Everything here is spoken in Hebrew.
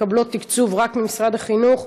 מקבלות תקציב רק ממשרד החינוך,